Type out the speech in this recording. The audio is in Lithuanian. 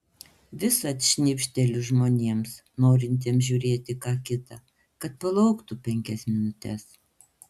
visad šnibžteliu žmonėms norintiems žiūrėti ką kita kad palauktų penkias minutes